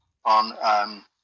On